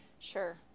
Sure